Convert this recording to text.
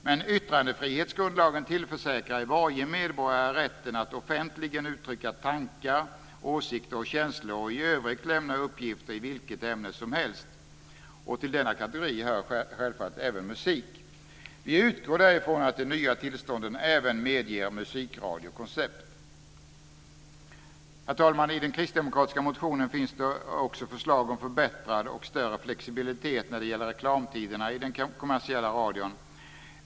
Men yttrandefrihetsgrundlagen tillförsäkrar ju varje medborgare rätten att offentligen uttrycka tankar, åsikter och känslor och i övrigt lämna uppgifter i vilket ämne som helst. Till denna kategori hör självfallet även musik. Vi utgår därför från att de nya tillstånden även medger musikradiokoncept. Herr talman! I den kristdemokratiska motionen finns det också ett förslag om förbättrad och större flexibilitet när det gäller reklamtiderna i den kommersiella radion.